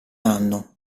anno